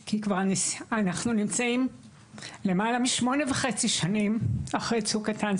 כי אנחנו נמצאים למעלה משמונה וחצי שנים אחרי "צוק איתן".